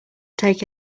take